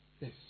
Yes